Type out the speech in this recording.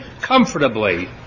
comfortably